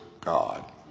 God